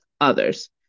others